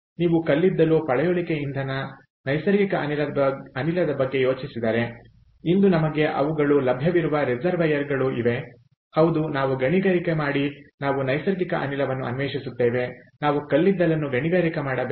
ನೀವು ಕಲ್ಲಿದ್ದಲು ಪಳೆಯುಳಿಕೆ ಇಂಧನ ನೈಸರ್ಗಿಕ ಅನಿಲದ ಬಗ್ಗೆ ಯೋಚಿಸಿದರೆ ಇಂದು ನಮಗೆ ಅವುಗಳು ಲಭ್ಯವಿರುವ ರಿಸರ್ವೈಯರ್ಗಳು ಇವೆ ಹೌದು ನಾವು ಗಣಿಗಾರಿಕೆ ಮಾಡಿ ನಾವು ನೈಸರ್ಗಿಕ ಅನಿಲವನ್ನು ಅನ್ವೇಷಿಸುತ್ತೇವೆ ನಾವು ಕಲ್ಲಿದ್ದಲನ್ನು ಗಣಿಗಾರಿಕೆ ಮಾಡಬೇಕು